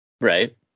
Right